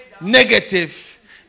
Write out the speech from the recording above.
negative